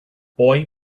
boy